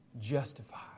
justified